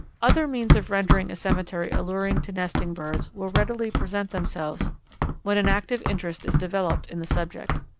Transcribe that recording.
other means of rendering a cemetery alluring to nesting birds will readily present themselves when an active interest is developed in the subject.